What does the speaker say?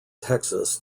texas